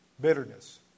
Bitterness